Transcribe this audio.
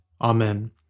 Amen